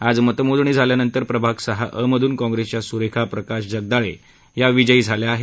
आज मतमोजणी झाल्यानंतर प्रभाग सहा अ मधुन कॉप्रेसच्या सुरेखा प्रकाश जगदाळे या विजयी झाल्या आहेत